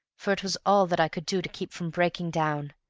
for it was all that i could do to keep from breaking down.